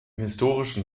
historischen